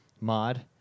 mod